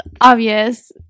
obvious